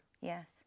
Yes